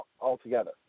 altogether